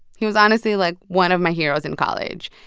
he was honestly, like, one of my heroes in college.